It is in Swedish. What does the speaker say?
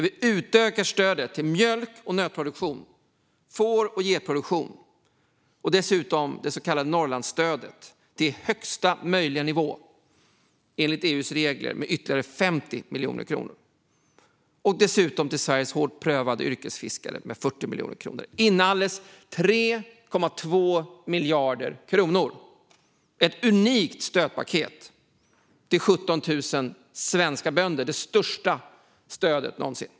Vi utökar stödet till mjölk och nötproduktion, får och getproduktion och dessutom det så kallade Norrlandsstödet till högsta möjliga nivå enligt EU:s regler med ytterligare 50 miljoner kronor och dessutom till Sveriges hårt prövade yrkesfiskare med 40 miljoner kronor. Inalles 3,2 miljarder kronor - ett unikt stödpaket till 17 000 svenska bönder, det största stödet någonsin.